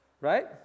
right